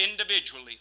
individually